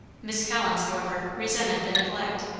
miss collins, however, resented the neglect.